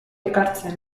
ekartzen